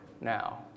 now